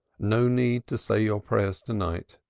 no need to say your prayers to-night,